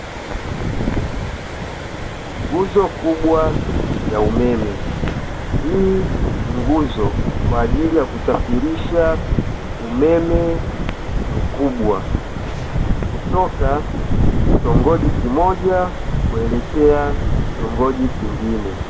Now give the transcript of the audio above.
Nguzo kubwa ya umeme, hii ni nguzo kwa ajili ya kusafirisha umeme mkubwa kutoka kitongoji kimoja kuelekea kitongoji kingine.